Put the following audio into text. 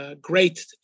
Great